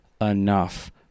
enough